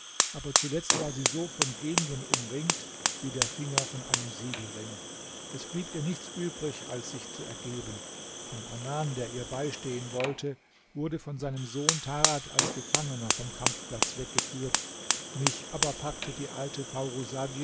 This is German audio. aber zuletzt war sie so von genien umringt wie der finger von einem siegelring es blieb ihr nichts übrig als sich zu ergeben denn anan der ihr beistehen wollte wurde von seinem sohn tarad als gefangener vom kampfplatz weggeführt mich aber packte die alte